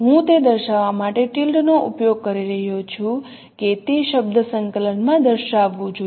હું તે દર્શાવવા માટે ટિલ્ડ નો ઉપયોગ કરી રહ્યો છું કે તે શબ્દ સંકલનમાં દર્શાવવું જોઈએ